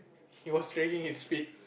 he was dragging his feet